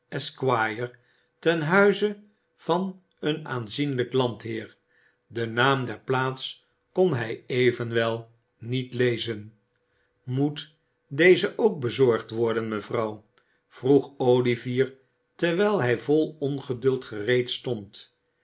ten huize van een aanzienlijk landheer den naam der plaats kon hij evenwel niet lezen moet deze ook bezorgd worden mevrouw vroeg olivier terwijl hij vol ongeduld gereed stond